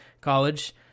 College